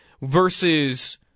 versus